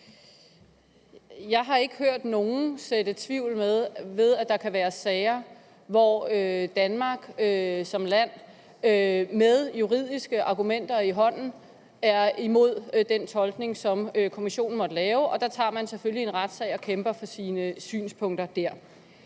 Jeg har ikke hørt nogen så tvivl om, at der kan være sager, hvor Danmark som land med juridiske argumenter i hånden er imod den tolkning, som Kommissionen måtte foretage, og der tager man selvfølgelig en retssag og kæmper for sine synspunkter.